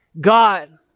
God